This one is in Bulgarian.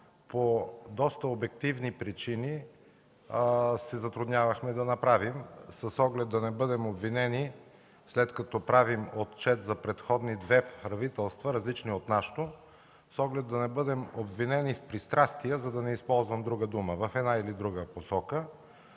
по доста обективни причини се затруднявахме да направим, с оглед да не бъдем обвинени, след като правим отчет за предходни две правителства, различни от нашето, в пристрастия, за да не използвам друга дума, в една или друга посока.